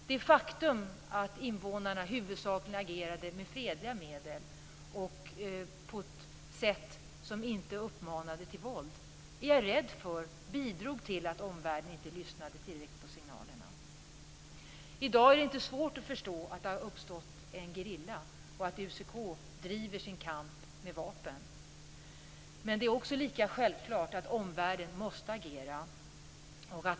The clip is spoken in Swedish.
Det faktum att invånarna huvudsakligen agerade med fredliga medel och på ett sätt som inte uppmanade till våld bidrog till, är jag rädd för, att omvärlden inte lyssnade tillräckligt på signalerna. I dag är det inte svårt att förstå att det har uppstått en gerilla och att UCK driver sin kamp med vapen. Det är också lika självklart att omvärlden måste agera.